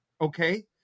okay